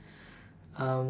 um